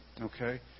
Okay